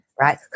right